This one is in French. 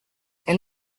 elle